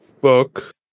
book